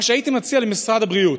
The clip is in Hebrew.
מה שהייתי מציע למשרד הבריאות: